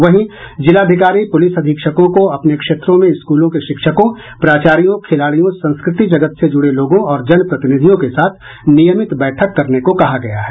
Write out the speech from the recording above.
वहीं जिलाधिकारी पुलिस अधीक्षकों को अपने क्षेत्रों में स्कूलों के शिक्षकों प्राचार्यों खिलाड़ियों संस्कृति जगत से जुड़े लोगों और जनप्रतिनिधियों के साथ नियमित बैठक करने को कहा गया है